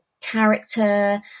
character